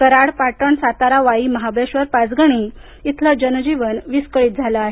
कराड पाटण सातारा वाई महाबळेश्वरपाचगणी इथलं जनजीवन विस्कळीत झाल आहे